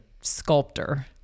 sculptor